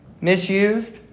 misused